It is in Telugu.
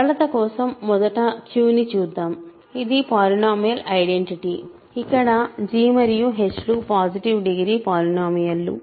సరళత కోసం మొదట Qని చూద్దాం ఇది పాలినోమియల్ ఐడెంటిటీ ఇక్కడ g మరియు h లు పాసిటివ్ డిగ్రీ పాలినోమియల్ లు